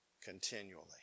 continually